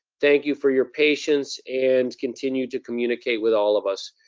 thank you for your patience and continue to communicate with all of us.